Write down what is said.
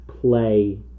play